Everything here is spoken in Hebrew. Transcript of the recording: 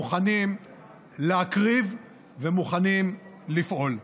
מוכנים להקריב ומוכנים לפעול.